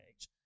age